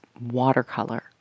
watercolor